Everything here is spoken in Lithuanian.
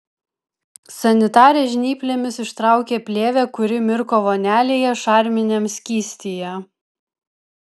sanitarė žnyplėmis ištraukė plėvę kuri mirko vonelėje šarminiam skystyje